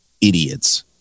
idiots